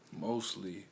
mostly